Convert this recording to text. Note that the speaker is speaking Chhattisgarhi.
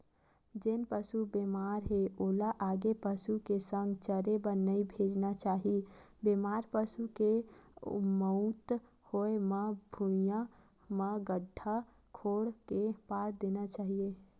जेन पसु बेमार हे ओला आने पसु के संघ चरे बर नइ भेजना चाही, बेमार पसु के मउत होय म भुइँया म गड्ढ़ा कोड़ के पाट देना चाही